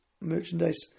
merchandise